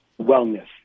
wellness